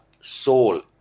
soul